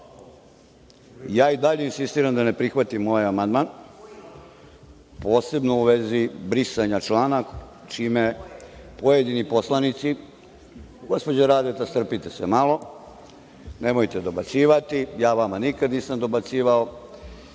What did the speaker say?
Ja i dalje insistiram da ne prihvatimo ovaj amandman, posebno u vezi brisanja člana čime pojedini poslanici, gospođo Radeta, strpite se malo, nemojte dobacivati, ja vama nikada nisam dobacivao,